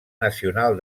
nacional